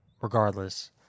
Regardless